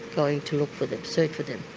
going to look for them, search for them.